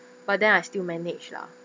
but then I still manage lah